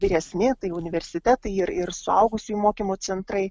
vyresni tai universitetai ir ir suaugusiųjų mokymo centrai